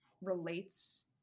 relates